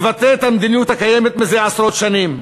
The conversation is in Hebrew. מבטא את המדיניות הקיימת זה עשרות שנים,